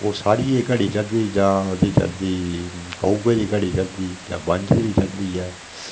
ओह् साड़ियै दी घड़ी चढदी जां फ्ही कऊए दी घड़ी चढदी जां बंज्जै दी बी चढदी ऐ